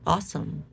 Awesome